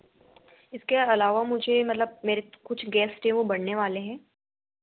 इसके अलावा मुझे मतलब मेरे कुछ गेस्ट हैं वह बढ़ने वाले हैं